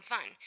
Fun